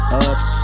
up